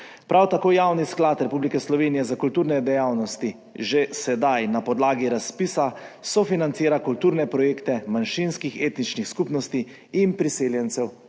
Prav tako Javni sklad Republike Slovenije za kulturne dejavnosti že sedaj na podlagi razpisa sofinancira kulturne projekte manjšinskih etničnih skupnosti in priseljencev